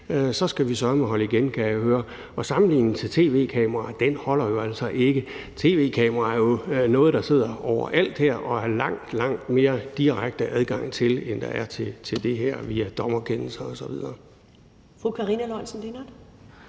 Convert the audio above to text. så skal vi søreme holde igen, kan jeg høre. Sammenligningen med tv-kameraer holder altså ikke. Tv-kameraer er jo noget, der sidder overalt her, og det er der langt, langt mere direkte adgang til, end der er til det her via dommerkendelser osv. Kl. 15:04 Første